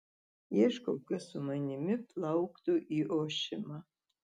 ieškau kas su manimi plauktų į ošimą